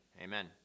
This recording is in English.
Amen